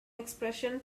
expression